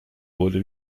wurde